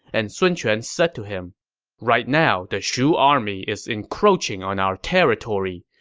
and sun quan said to him right now, the shu army is encroaching on our territory.